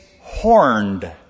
horned